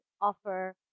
offer